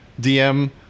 DM